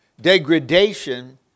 degradation